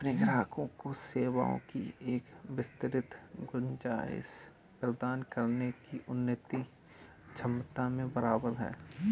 अपने ग्राहकों को सेवाओं की एक विस्तृत गुंजाइश प्रदान करने की उनकी क्षमता में बराबर है